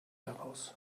daraus